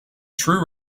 true